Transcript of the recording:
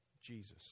Jesus